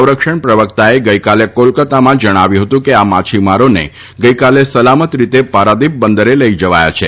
સંરક્ષણ પ્રવક્તાએ ગઈકાલે કોલકતામાં જણાવ્યું હતું કે આ માછીમારોને ગઈકાલે સલામત રીતે પારાદીપ બંદરે લઈ જવાયા છે